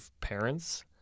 parents